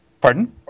Pardon